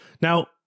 Now